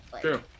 True